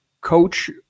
Coach